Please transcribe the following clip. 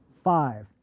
five,